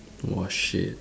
!wah! shit